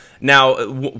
now